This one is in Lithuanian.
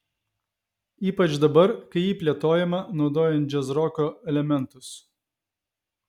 ypač dabar kai ji plėtojama naudojant džiazroko elementus